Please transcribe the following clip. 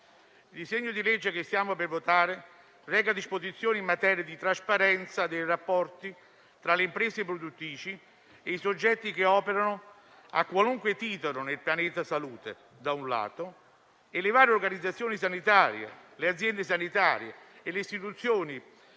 il disegno di legge che siamo per votare reca disposizioni in materia di trasparenza dei rapporti tra le imprese produttrici e i soggetti che operano a qualunque titolo nel pianeta salute, da un lato, e le varie organizzazioni e aziende sanitarie e istituti di